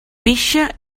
pixa